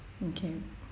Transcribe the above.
okay